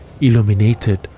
illuminated